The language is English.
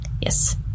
yes